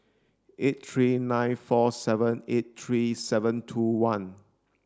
eight three nine four seven eight three seven two one